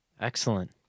Excellent